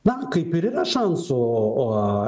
na kaip ir yra šansų o